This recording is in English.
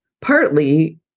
partly